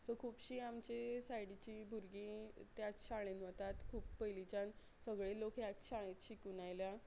so खुबशीं आमचीं सायडीचीं भुरगीं त्याच शाळेन वतात खूब पयलींच्यान सगळे लोक ह्याच शाळेत शिकून आयल्या